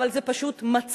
אבל זה פשוט מצחיק,